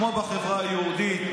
כמו בחברה היהודית,